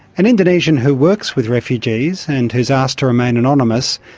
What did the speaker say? an indonesian who works with refugees and who has asked to remain anonymous,